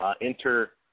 enter